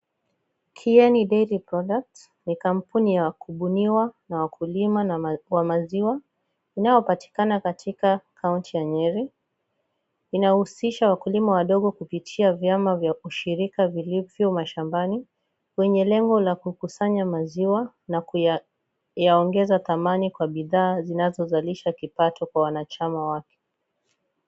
Kieni dairy product ni kampuni ya kubuniwa na wakulima wa maziwa unaopatikana katika kaunti ya Nyeri, inahusisha wakulima wadogo kupitia vyama vya ushirika vilivyo mashambani kwenye lengo la kukusanya maziwa na kuyaogeza thamani Kwa bidhaa zinazozalisha kipato Kwa wanachama wake .